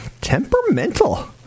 temperamental